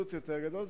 קיצוץ יותר גדול,